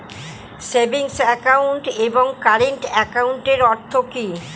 Savings account এবং current একাউন্টের অর্থ কি?